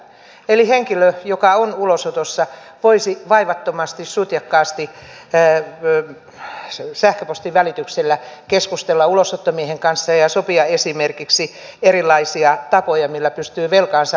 eli henkilö joka on ulosotossa voisi vaivattomasti ja sutjakkaasti sähköpostin välityksellä keskustella ulosottomiehen kanssa ja sopia esimerkiksi erilaisia tapoja millä pystyy velkaansa lyhentämään